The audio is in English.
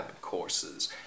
courses